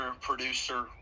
producer